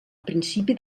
principi